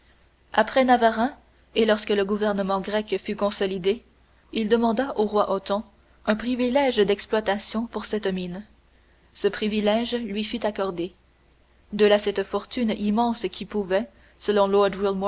après navarin et lorsque le gouvernement grec fut consolidé il demanda au roi othon un privilège d'exploitation pour cette mine ce privilège lui fut accordé de là cette fortune immense qui pouvait selon